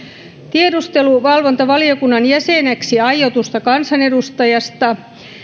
tiedusteluvalvontavaliokunnan jäseneksi aiotusta kansanedustajasta